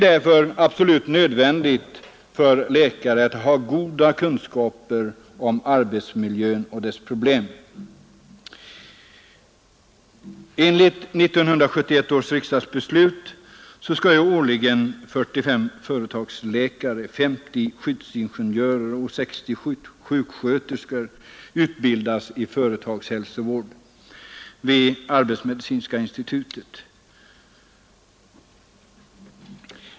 Därför är det nödvändigt att läkarna har goda kunskaper om arbetsmiljön och dess problem. skyddsingenjörer och 60 sjuksköterskor utbildas i företagshälsovård vid arbetsmedicinska institutet.